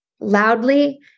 loudly